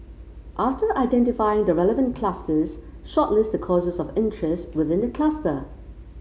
after identifying the relevant clusters shortlist the courses of interest within the cluster